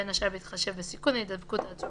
בין השאר בהתחשב בסיכון להידבקות העצור